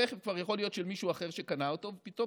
הרכב כבר יכול להיות של מישהו אחר שקנה אותו ופתאום